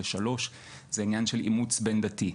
3. עניין של אימוץ בין דתי.